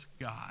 God